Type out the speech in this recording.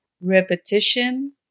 repetition